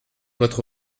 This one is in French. votre